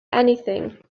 anything